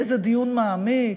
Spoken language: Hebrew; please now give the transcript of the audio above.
איזה דיון מעמיק,